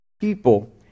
People